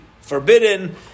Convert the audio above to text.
forbidden